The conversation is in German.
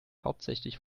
hauptsächlich